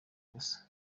gusa